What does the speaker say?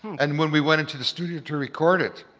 and when we went into the studio to record it,